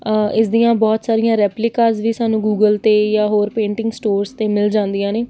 ਇਸ ਦੀਆਂ ਬਹੁਤ ਸਾਰੀਆਂ ਰੈਪਲੀਕਾਜ ਵੀ ਸਾਨੂੰ ਗੂਗਲ 'ਤੇ ਜਾਂ ਹੋਰ ਪੇਂਟਿੰਗ ਸਟੋਰਜ਼ 'ਤੇ ਮਿਲ ਜਾਂਦੀਆਂ ਨੇ